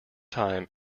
time